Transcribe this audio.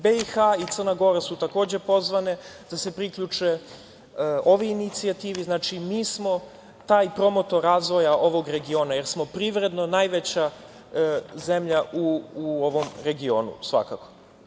Bosna i Hercegovina i Crna Gora su takođe pozvane da se priključe ovoj inicijativi, znači, mi smo taj promotor razvoja ovog regiona, jer smo privredno najveća zemlja u ovom regionu svakako.